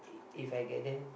If I get them